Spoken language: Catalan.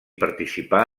participar